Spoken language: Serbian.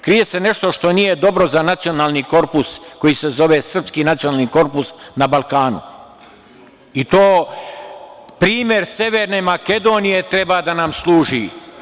Krije se nešto što nije dobro za nacionalni korpus koji se zove srpski nacionalni korpus na Balkanu, i to primer severne Makedonije treba da nam služi.